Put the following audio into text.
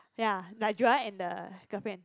ya like Joel and the girlfriend